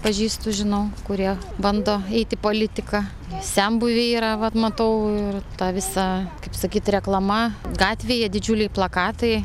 pažįstu žinau kurie bando eit į politiką senbuviai yra vat matau ir ta visa kaip sakyt reklama gatvėje didžiuliai plakatai